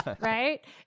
right